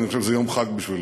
אני חושב שזה יום חג בשבילו.